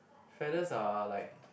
feathers are like